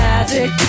Magic